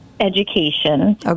education